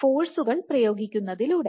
ഫോഴ്സുകൾ പ്രയോഗിക്കുന്നതിലൂടെ